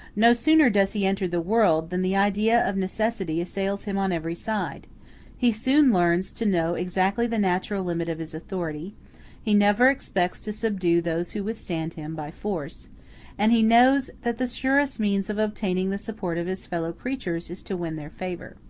no sooner does he enter the world than the idea of necessity assails him on every side he soon learns to know exactly the natural limit of his authority he never expects to subdue those who withstand him, by force and he knows that the surest means of obtaining the support of his fellow-creatures, is to win their favor.